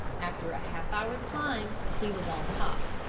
after a half hour's climb he was on top.